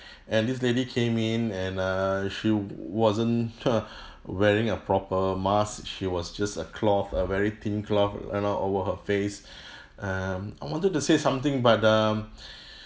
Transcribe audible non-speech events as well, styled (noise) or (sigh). and this lady came in and err she wasn't (laughs) wearing a proper mask she was just a cloth a very thin cloth you know over her face um I wanted to say something but um